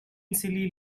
silly